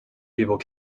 people